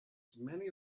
many